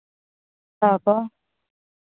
ᱦᱟᱛᱟᱣᱟᱠᱚ